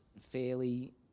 fairly